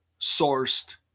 sourced